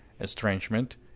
estrangement